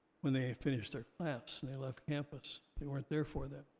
when they had finished their class and they left campus, they weren't there for them.